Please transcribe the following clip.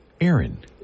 Aaron